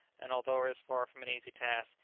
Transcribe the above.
and although it was far from an easy task,